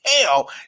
Hell